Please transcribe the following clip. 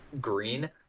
green